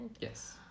Yes